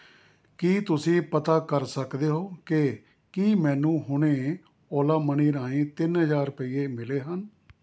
ਕੀ ਤੁਸੀਂਂ ਪਤਾ ਕਰ ਸਕਦੇ ਹੋ ਕਿ ਕੀ ਮੈਨੂੰ ਹੁਣੇ ਓਲਾ ਮਨੀ ਰਾਹੀਂ ਤਿੰਨ ਹਜ਼ਾਰ ਰੁਪਈਏ ਮਿਲੇ ਹਨ